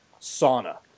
sauna